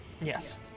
Yes